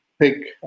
pick